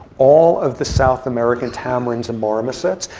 all of the south american tamarins and marmosets,